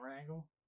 angle